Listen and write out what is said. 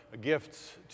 gifts